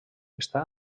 està